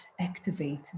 activate